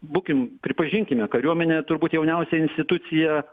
būkim pripažinkime kariuomenė turbūt jauniausia institucija